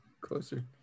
Closer